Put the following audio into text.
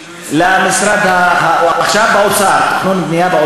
שייך למשרד הפנים.